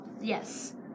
yes